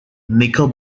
nico